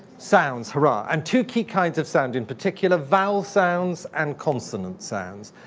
sounds, hurrah. and two key kinds of sound in particular, vowel sounds and consonant sounds.